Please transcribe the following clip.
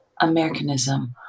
Americanism